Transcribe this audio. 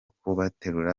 kubaterura